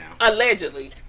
allegedly